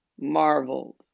marveled